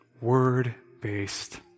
word-based